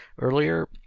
earlier